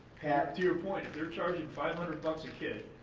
pat to your point, if they're charging five hundred bucks a kid,